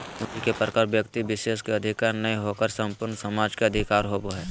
पूंजी के प्रकार व्यक्ति विशेष के अधिकार नय होकर संपूर्ण समाज के अधिकार होबो हइ